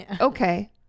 Okay